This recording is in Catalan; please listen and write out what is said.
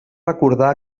recordar